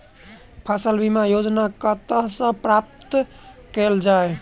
फसल बीमा योजना कतह सऽ प्राप्त कैल जाए?